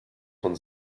von